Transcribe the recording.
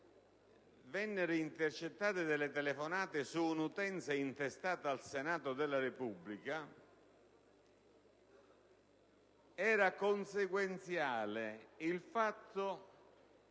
vennero intercettate delle telefonate su un'utenza intestata al Senato della Repubblica, era consequenziale il fatto che